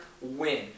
win